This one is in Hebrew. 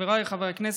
חבריי חברי הכנסת,